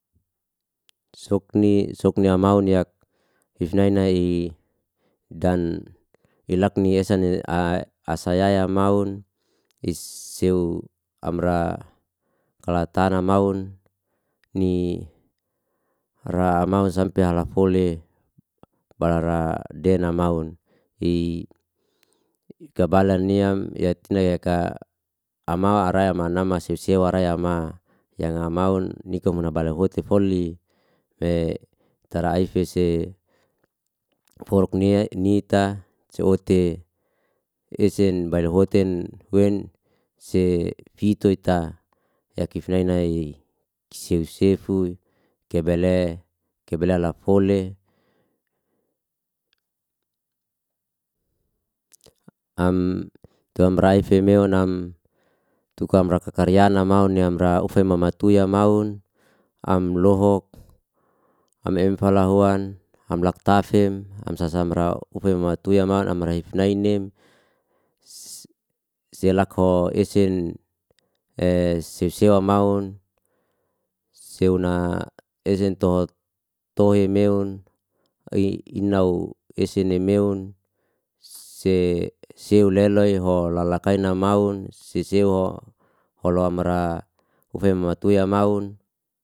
Sokni sokni amaun yak ifnai nai i dan ilak ni esan i a asayaya maun iseu amra kala tana maun ni ra maun sampe hala fole balara dena maun i kabalan neam yati nea yaka amau araya mana masiu seuwaraya ma yanga maun nika muna bala hua tefoli me tara aifese foruk ni e nita ce o te esen balahoten huwen se fito wetei ta yakif ne nai seu sefu kebele kebala lafole am tumrai femeun am tukam raka karya namaun ne amra ufemama tuya ya maun am lohok amem falahuan amlak tafem hamsasamarau ufen mama tuya man amarif nainem see selakho esen e seusewan maun seunna ezen toat toemeon i inau esenemeon se seoleloi ho lalakai namaun sisewa o holo mara mama tuya ya maun